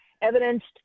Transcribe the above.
evidenced